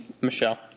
Michelle